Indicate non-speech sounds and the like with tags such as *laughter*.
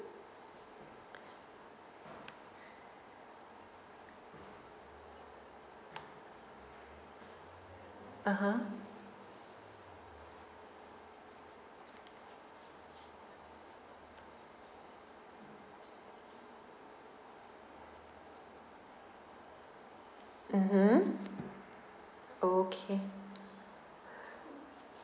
(uh huh) mmhmm okay *breath*